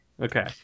Okay